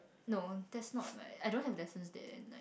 no that's not like I don't have lessons there like